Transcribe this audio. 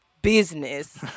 business